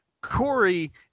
Corey